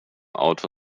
auto